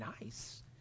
nice